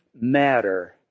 matter